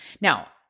Now